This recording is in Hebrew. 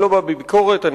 בביקורת.